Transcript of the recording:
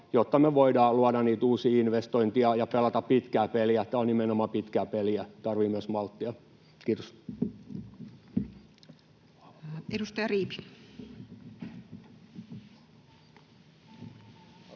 jotta me voidaan luoda niitä uusia investointeja ja pelata pitkää peliä — tämä on nimenomaan pitkää peliä, tarvitaan myös malttia. — Kiitos. Edustaja Riipi.